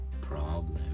problem